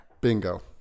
Bingo